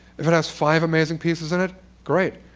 if it has five amazing pieces in it, great.